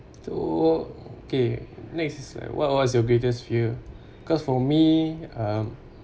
so okay next is like what what's your greatest fear cause for me um